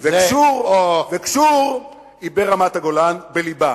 וגשור היא ברמת-הגולן, בלבה.